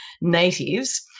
natives